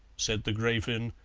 said the grafin,